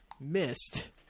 missed